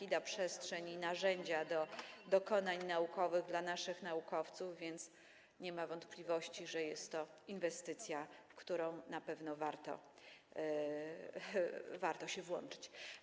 Da ona przestrzeń i narzędzia do dokonań naukowych naszym naukowcom, więc nie ma wątpliwości, że jest to inwestycja, w którą na pewno warto się włączyć.